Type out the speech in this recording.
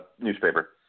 Newspaper